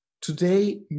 Today